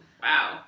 wow